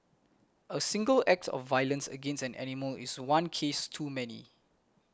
a single act of violence against an animal is one case too many